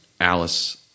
Alice